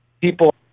people